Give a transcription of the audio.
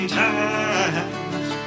times